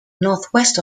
northwest